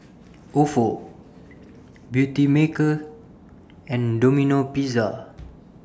Ofo Beautymaker and Domino Pizza